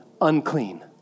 unclean